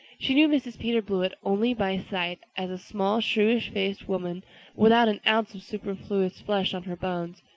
she knew mrs. peter blewett only by sight as a small, shrewish-faced woman without an ounce of superfluous flesh on her bones.